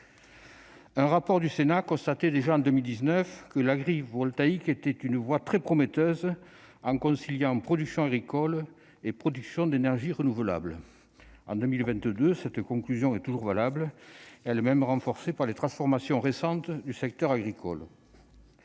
Un rapport du Sénat soulignait déjà, en 2020, que l'agrivoltaïsme constituait une voie « très prometteuse en conciliant production agricole et production d'énergie renouvelable ». En 2022, cette conclusion est toujours valable ; elle est même renforcée par les transformations récentes du secteur agricole.